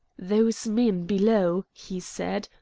those men below, he said,